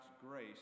grace